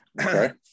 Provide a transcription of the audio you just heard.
Okay